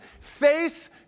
face